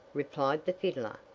replied the fiddler.